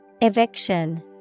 Eviction